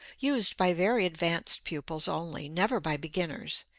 used by very advanced pupils only, never by beginners,